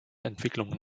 entwicklungen